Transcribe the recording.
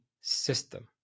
system